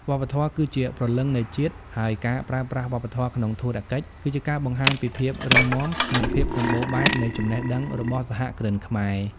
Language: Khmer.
វប្បធម៌គឺជាព្រលឹងនៃជាតិ ហើយការប្រើប្រាស់វប្បធម៌ក្នុងធុរកិច្ចគឺជាការបង្ហាញពីភាពរឹងមាំ និងភាពសម្បូរបែបនៃចំណេះដឹងរបស់សហគ្រិនខ្មែរ។